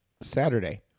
Saturday